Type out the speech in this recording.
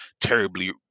terribly